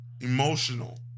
emotional